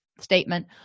statement